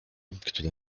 które